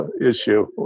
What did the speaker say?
issue